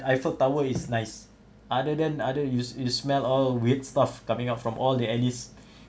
eiffel tower is nice other than other you you smell all a weird stuff coming out from all the alleys